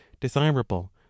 desirable